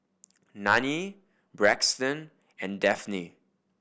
Nanie Braxton and Dafne